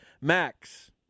Max